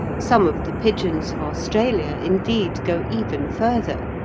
some of the pigeons of australia, indeed, go even further.